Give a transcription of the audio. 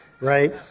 Right